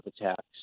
attacks